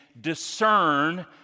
discern